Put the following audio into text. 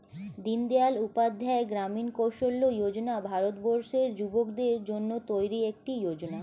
দিনদয়াল উপাধ্যায় গ্রামীণ কৌশল্য যোজনা ভারতবর্ষের যুবকদের জন্য তৈরি একটি যোজনা